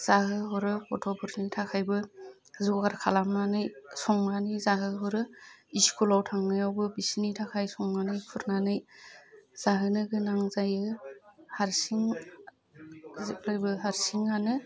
जाहोहरो गथ'फोरनि थाखायबो जगार खालामनानै संनानै जाहोहरो इस्कुलाव थांनायावबो बिसोरनि थाखाय संनानै खुरनानै जाहोनो गोनां जायो हारसिं जेब्लायबो हारसिङानो